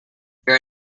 there